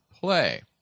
play